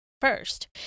first